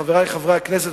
חברי חברי הכנסת,